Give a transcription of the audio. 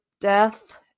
death